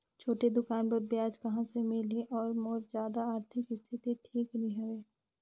छोटे दुकान बर ब्याज कहा से मिल ही और मोर जादा आरथिक स्थिति ठीक नी हवे?